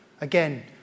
Again